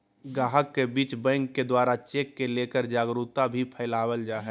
गाहक के बीच बैंक के द्वारा चेक के लेकर जागरूकता भी फैलावल जा है